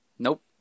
Nope